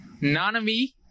Nanami